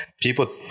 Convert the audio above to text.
people